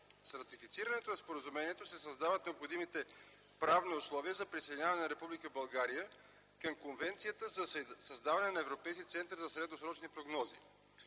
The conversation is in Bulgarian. С ратифицирането на Споразумението се създават необходимите правни условия за присъединяване на Република България към Конвенцията за създаване на Европейския център за средносрочни прогнози.